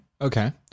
Okay